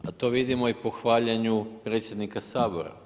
A to vidimo i po hvaljenju predsjednika Sabora.